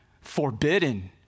forbidden